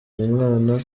umwana